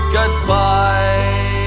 Goodbye